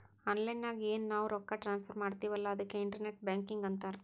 online ನಾಗ್ ಎನ್ ನಾವ್ ರೊಕ್ಕಾ ಟ್ರಾನ್ಸಫರ್ ಮಾಡ್ತಿವಿ ಅಲ್ಲಾ ಅದುಕ್ಕೆ ಇಂಟರ್ನೆಟ್ ಬ್ಯಾಂಕಿಂಗ್ ಅಂತಾರ್